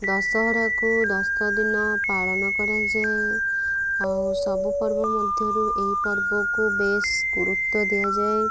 ଦଶହରାକୁ ଦଶଦିନ ପାଳନ କରାଯାଏ ଆଉ ସବୁ ପର୍ବ ମଧ୍ୟରୁ ଏହି ପର୍ବକୁ ବେଶ ଗୁରୁତ୍ୱ ଦିଆଯାଏ